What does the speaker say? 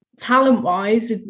talent-wise